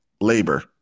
labor